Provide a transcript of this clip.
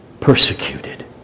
persecuted